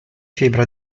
fibra